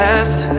Last